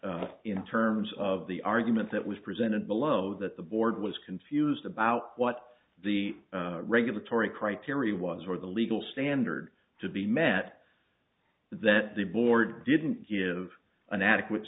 in terms of the argument that was presented below that the board was confused about what the regulatory criteria was or the legal standard to be met that the board didn't give an adequate